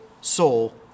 soul